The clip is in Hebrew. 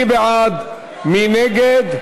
מי בעד, מי נגד?